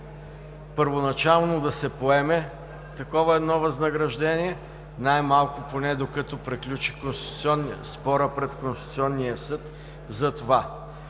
първоначално да се поеме такова едно възнаграждение, най-малко поне, докато приключи спорът пред Конституционния съд за това.